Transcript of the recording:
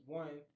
one